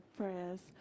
prayers